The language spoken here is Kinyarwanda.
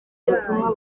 ubutumwa